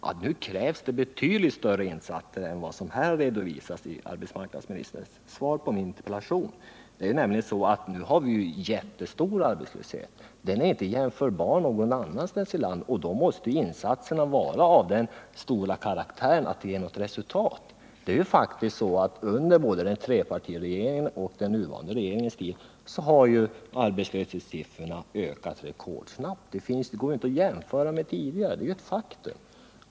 Ja, nu krävs det betydligt större insatser än vad som redovisats i arbetsmarknadsministerns svar på min interpellation. Nu har vi ju en jättestor arbetslöshet. Den är inte jämförbar med situationen någon annanstans i landet. Och då måste insatserna vara av den karaktären att de ger resultat. Det är ju faktiskt så att under både trepartiregeringens och den nuvarande regeringens tid har arbetslöshetssiffrorna ökat rekordsnabbt. Det går inte att jämföra med tidigare förhållanden. Det är ett faktum.